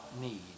need